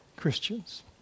Christians